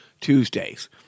Tuesdays